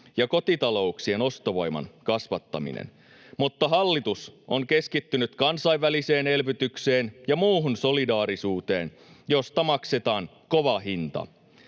ja kotitalouksien ostovoiman kasvattaminen, mutta hallitus on keskittynyt kansainväliseen elvytykseen ja muuhun solidaarisuuteen, josta maksetaan kova hinta.